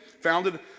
founded